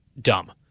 dumb